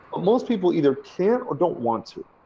most people either can't or don't want to.